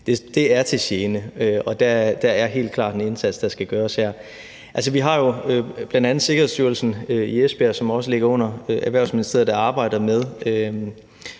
det er til gene. Der er helt klart en indsats, der skal gøres her. Vi har jo bl.a. Sikkerhedsstyrelsen i Esbjerg, som også ligger under Erhvervsministeriet, der arbejder med